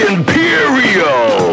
Imperial